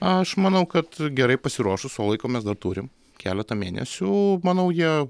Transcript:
aš manau kad gerai pasiruošus o laiko mes dar turim keletą mėnesių manau jie